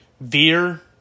Veer